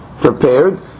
prepared